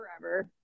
forever